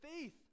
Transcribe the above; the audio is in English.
faith